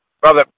Brother